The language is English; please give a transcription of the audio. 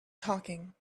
talking